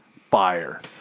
fire